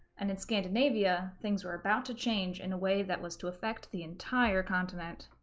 and in scandinavia, things were about to change in a way that was to affect the entire continent.